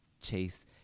chase